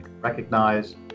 recognize